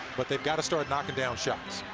but they've got to start flocking down shots.